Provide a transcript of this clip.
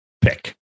pick